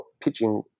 pitching